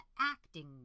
acting